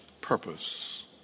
purpose